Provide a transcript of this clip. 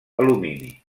alumini